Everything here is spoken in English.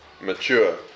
Mature